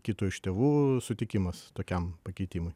kito iš tėvų sutikimas tokiam pakeitimui